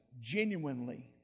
genuinely